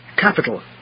capital